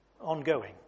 ongoing